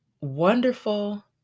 wonderful